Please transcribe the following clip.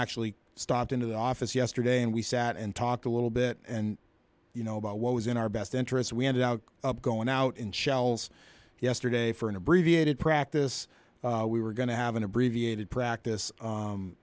actually stopped into the office yesterday and we sat and talked a little bit and you know about what was in our best interests we ended up going out in shells yesterday for an abbreviated practice we were going to have an abbreviated practice